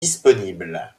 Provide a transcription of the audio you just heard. disponibles